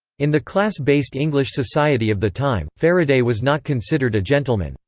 in the class-based english society of the time, faraday was not considered a gentleman.